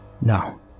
No